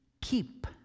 keep